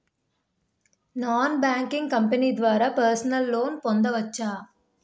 Non banking company ద్వారా personal loan పొందవచ్చా?